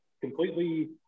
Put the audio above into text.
completely